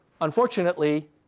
Unfortunately